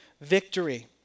victory